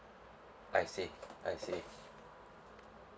I see I see